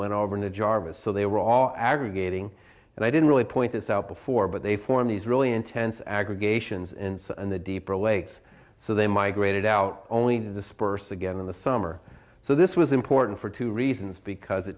went over to jarvis so they were all aggregating and i didn't really point this out before but they form these really intense aggregations in and the deeper lakes so they migrated out only to disperse again in the summer so this was important for two reasons because